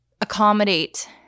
accommodate